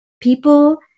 people